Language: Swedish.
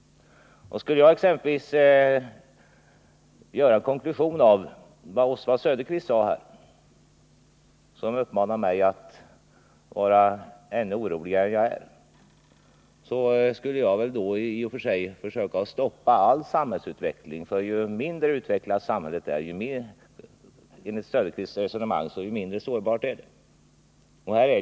En konklusion av vad Oswald Söderqvist Nr 36 sade när han uppmanade mig att vara ännu oroligare än jag är skulle väl vara Fredagen den att jag borde försöka stoppa all samhällsutveckling, eftersom — enligt Oswald 23 november 1979 Söderqvists resonemang —- ju mindre utvecklat samhället är, desto mindre sårbart är det.